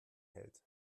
hält